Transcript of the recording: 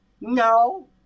No